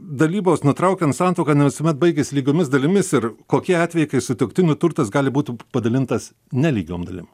dalybos nutraukiant santuoką ne visuomet baigiasi lygiomis dalimis ir kokie atvejai kai sutuoktinių turtas gali būti padalintas nelygiom dalim